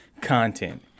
content